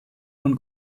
von